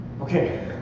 Okay